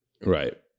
Right